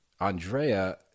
Andrea